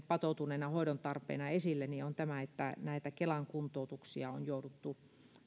patoutuneena hoidon tarpeena esille on se että näitä kelan kuntoutuksia on jouduttu